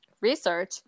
research